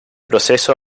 proceso